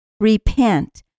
Repent